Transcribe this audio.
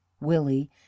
Willie